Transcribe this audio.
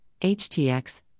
HTX